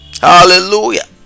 Hallelujah